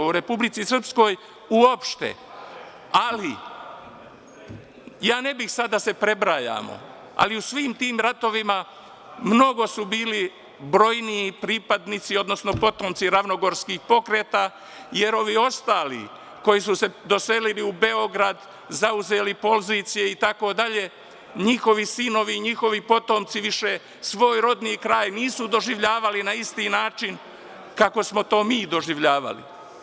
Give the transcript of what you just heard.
U Republici Srpskoj uopšte, ali ja ne bih sada da se prebrajamo, ali u svim tim ratovima mnogo su bili brojniji pripadnici, odnosno potomci ravnogorskih pokreta, jer ovi ostali koji su se doselili u Beograd, zauzeli pozicije itd, njihovi sinovi, njihovi potomci više svoj rodni kraj nisu doživljavali na isti način kako smo to mi doživljavali.